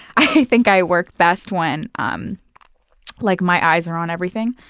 i think i work best when um like my eyes are on everything.